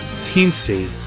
teensy